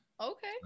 Okay